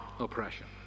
Oppression